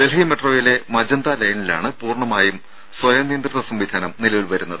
ഡൽഹി മെട്രോയിലെ മജന്ത ലൈനിലാണ് പൂർണ്ണമായി സ്വയം നിയന്ത്രിത സംവിധാനം നിലവിൽ വരുന്നത്